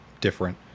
different